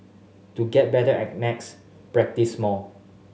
to get better at max practise more